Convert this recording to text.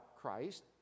Christ